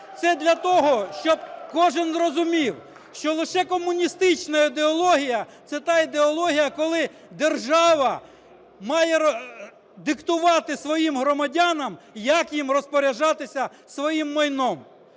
Це для того, щоб кожен зрозумів, що лише комуністична ідеологія – це та ідеологія, коли держава має диктувати своїм громадянам, як їм розпоряджатися своїм майном.